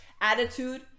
attitude